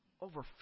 over